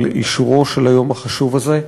ותודה על אישור היום החשוב הזה.